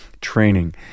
training